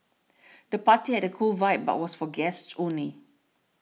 the party had a cool vibe but was for guests only